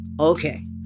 Okay